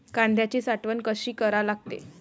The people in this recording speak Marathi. कांद्याची साठवन कसी करा लागते?